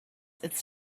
its